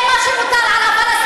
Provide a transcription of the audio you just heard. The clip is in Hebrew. זה מה שמוטל על הפלסטינים.